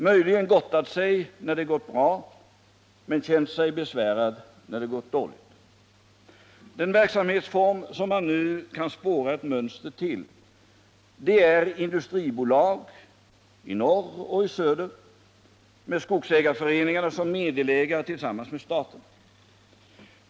Möjligen har han gottat sig när det gått bra men känt sig besvärad när det gått dåligt. Den verksamhetsform som man nu kan spåra ett mönster till är industribolag i norr och i söder med skogsägareföreningarna som meddelägare tillsammans med staten.